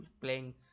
playing